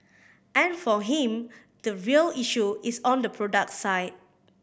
and for him the real issue is on the product side